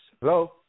Hello